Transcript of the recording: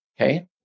Okay